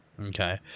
Okay